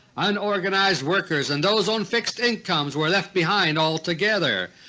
unorganized workers and those on fixed incomes were left behind altogether.